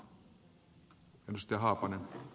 arvoisa puheenjohtaja